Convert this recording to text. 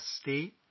state